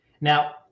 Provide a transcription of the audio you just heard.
now